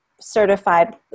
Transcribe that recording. certified